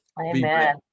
Amen